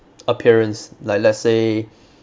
appearance like let's say